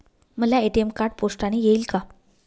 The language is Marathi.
मला ए.टी.एम कार्ड पोस्टाने येईल का?